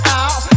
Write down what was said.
out